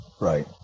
Right